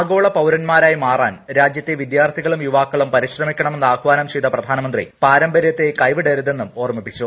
ആഗോള പൌരന്മാരായി മാറാൻ രാജ്യത്തെ വിദ്യാർഥികളും യൂവാക്കളും പരിശ്രമിക്ക ണമെന്ന് ആഹ്വാനം ചെയ്ത പ്രഗ്ഗാനമ്ന്ത്രി പാരമ്പര്യത്തെ കൈവിടരുതെന്നും ഓർമിപ്പിച്ചു